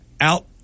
out